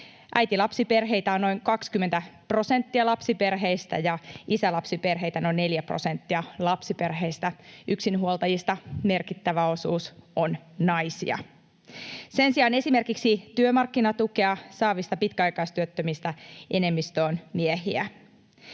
Äiti-lapsiperheitä on noin 20 prosenttia lapsiperheistä ja isä-lapsiperheitä noin neljä prosenttia lapsiperheistä. Yksinhuoltajista merkittävä osuus on naisia. Sen sijaan esimerkiksi työmarkkinatukea saavista pitkäaikaistyöttömistä enemmistö on miehiä,